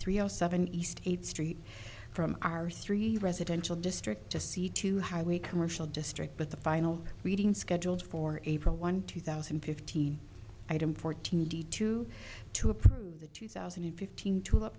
three o seven east eighth street from our three residential district a c two highway commercial district but the final reading scheduled for april one two thousand and fifteen item fourteen d two to approve the two thousand and fifteen tulip